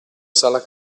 sala